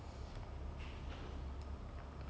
have you watched his pursuit of happiness